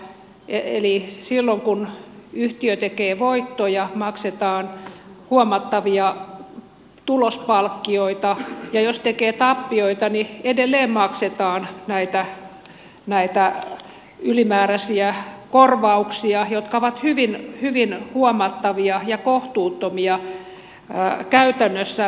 eli silloin kun yhtiö tekee voittoja maksetaan huomattavia tulospalkkioita ja jos tekee tappioita niin edelleen maksetaan näitä ylimääräisiä korvauksia jotka ovat hyvin huomattavia ja kohtuuttomia käytännössä